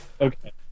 okay